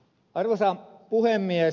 arvoisa puhemies